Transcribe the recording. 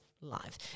live